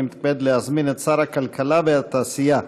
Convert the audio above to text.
אני מתכבד להזמין את שר הכלכלה והתעשייה,